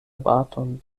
baton